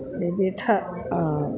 विविध